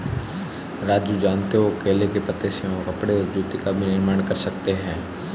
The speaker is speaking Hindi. राजू जानते हो केले के पत्ते से हम कपड़े और जूते का भी निर्माण कर सकते हैं